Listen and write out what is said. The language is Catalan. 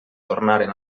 tornaren